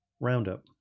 Roundup